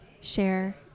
share